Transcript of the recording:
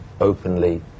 openly